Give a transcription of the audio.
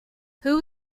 who